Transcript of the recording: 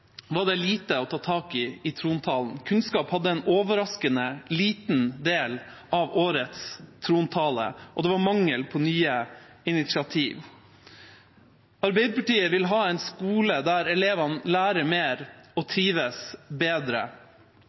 var det lite å ta tak i i trontalen, kunnskap var en overraskende liten del av årets trontale, og det var mangel på nye initiativ. Arbeiderpartiet vil ha en skole der elevene lærer mer og trives bedre.